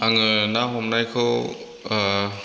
आङो ना हमनायखौ